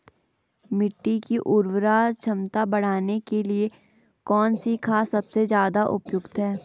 मिट्टी की उर्वरा क्षमता बढ़ाने के लिए कौन सी खाद सबसे ज़्यादा उपयुक्त है?